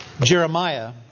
Jeremiah